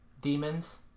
demons